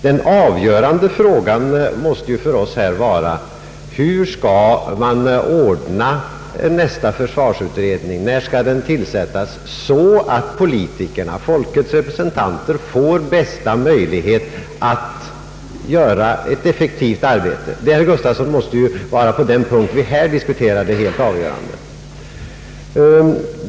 Den avgörande frågan för oss måste vara: Hur skall man ordna nästa försvarsutredning och när skall den tillsättas så att politikerna, folkets representanter, får de bästa möjligheterna att göra ett effektivt arbete? Detta, herr Gustavsson, måste ju på den punkt vi här diskuterar vara det helt avgörande.